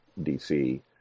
DC